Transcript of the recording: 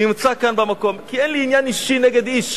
נמצא כאן במקום, כי אין לי עניין אישי נגד איש: